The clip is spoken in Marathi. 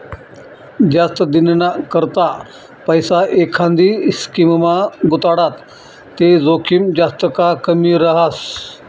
जास्त दिनना करता पैसा एखांदी स्कीममा गुताडात ते जोखीम जास्त का कमी रहास